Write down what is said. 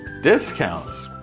Discounts